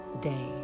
day